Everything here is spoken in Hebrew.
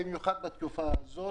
במיוחד בתקופה הזאת.